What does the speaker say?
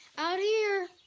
out here.